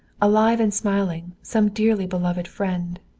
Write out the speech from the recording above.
alive and smiling, some dearly beloved friend.